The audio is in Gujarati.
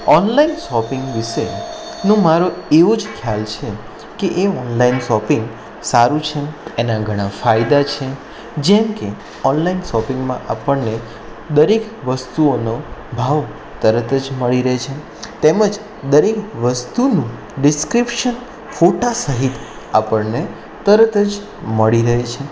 ઓનલાઈન શોપિંગ વિશેનો મારો એવો જ ખ્યાલ છે કે એ ઓનલાઈન શોપિંગ સારું છે એના ઘણા ફાયદા છે જેમકે ઓનલાઈન શોપિંગમાં આપણને દરેક વસ્તુઓનો ભાવ તરત જ મળી રહે છે તેમજ દરેક વસ્તુનું ડિસક્રીપ્સન ફોટા સહિત આપણને તરત જ મળી રહે છે